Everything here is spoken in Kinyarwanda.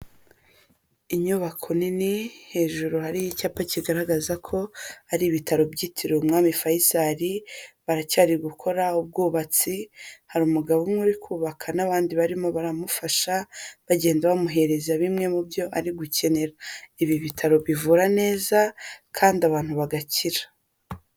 Inyubako nini hejuru hariho icyapa kigaragaza ko ari ibitaro byitiriwe Umwami Faisal, baracyari gukora ubwubatsi, hari umugabo umwe uri kubaka n'abandi barimo baramufasha, bagenda bamuhereza bimwe mu byo ari gukenera. Ibi bitaro bivura neza kandi abantu bagakira.